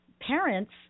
parents